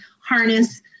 harness